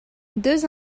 deux